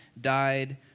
died